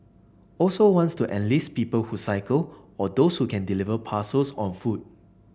also wants to enlist people who cycle or those who can deliver parcels on foot